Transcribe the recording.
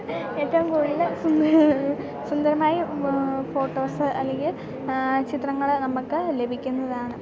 ഏറ്റവും കൂടുതൽ സുന്ദര സുന്ദരമായി ഫോട്ടോസ് അല്ലെങ്കിൽ ചിത്രങ്ങൾ നമുക്ക് ലഭിക്കുന്നതാണ്